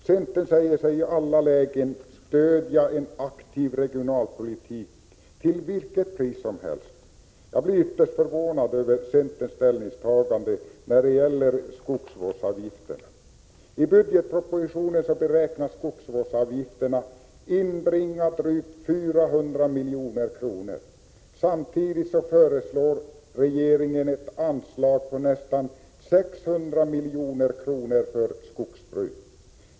Centern säger sig i alla lägen stödja en aktiv regionalpolitik till vilket pris som helst. Jag blir ytterst förvånad över centerns ställningstagande när det gäller skogsvårdsavgifterna. I budgetpropositionen beräknas skogsvårdsavgifterna inbringa drygt 400 milj.kr. Samtidigt föreslår regeringen ett anslag på nästan 600 milj.kr. för skogsbruk.